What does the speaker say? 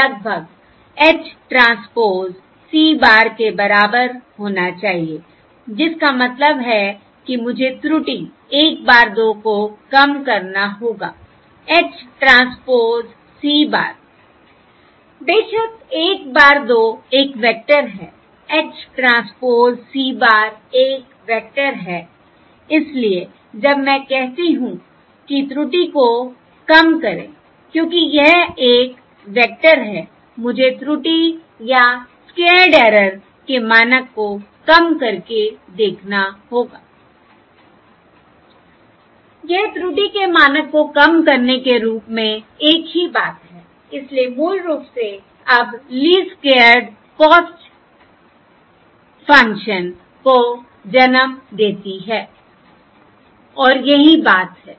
लगभग H transpose C bar के बराबर होना चाहिए जिसका मतलब है कि मुझे त्रुटि 1 bar 2 को कम करना होगा H transpose C bar I बेशक 1 bar 2 एक वेक्टर है H ट्रांसपोज़ C bar एक वेक्टर है इसलिए जब मैं कहती हूं कि त्रुटि को कम करें क्योंकि यह एक वेक्टर है मुझे त्रुटि या स्क्वेयर्ड ऐरर के मानक को कम करके देखना होगा I यह त्रुटि के मानक को कम करने के रूप में एक ही बात है इसलिए मूल रूप से अब लीस्ट स्क्वेयर्स कॉस्ट कॉफंक्शन को जन्म देती है और यही बात है